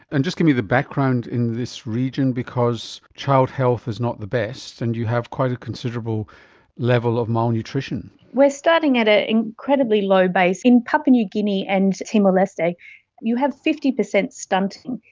and just give me the background in this region because child health is not the best and you have quite a considerable level of malnutrition. we are starting at an incredibly low base. in papua new guinea and timor-leste you have fifty percent stunting.